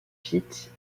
site